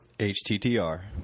H-T-T-R